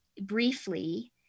briefly